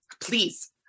Please